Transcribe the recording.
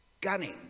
gunning